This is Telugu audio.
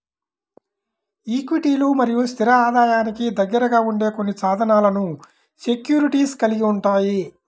ఈక్విటీలు మరియు స్థిర ఆదాయానికి దగ్గరగా ఉండే కొన్ని సాధనాలను సెక్యూరిటీస్ కలిగి ఉంటాయి